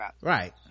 right